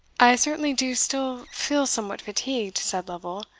i certainly do still feel somewhat fatigued, said lovel,